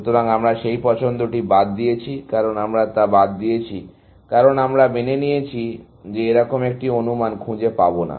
সুতরাং আমরা সেই পছন্দটি বাদ দিয়েছি কারণ আমরা তা দিয়েছি কারণ আমরা মেনে নিয়েছি যে এরকম একটি অনুমান খুঁজে পাবো না